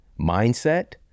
mindset